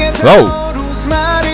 Whoa